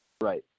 Right